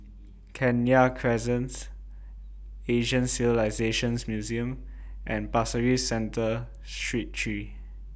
Kenya Crescents Asian Civilisations Museum and Pasir Ris Central Street three